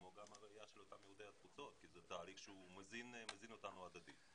כמו גם הראייה של אותם יהודי התפוצות כי זה תהליך שמזין אותנו הדדית.